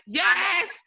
yes